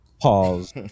Pause